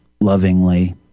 lovingly